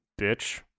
bitch